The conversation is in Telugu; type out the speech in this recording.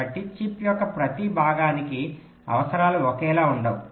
కాబట్టి చిప్ యొక్క ప్రతి భాగానికి అవసరాలు ఒకేలా ఉండవు